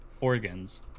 organs